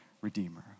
Redeemer